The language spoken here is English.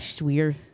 weird